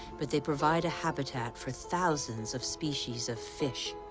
but they provide a habitat for thousands of species of fish,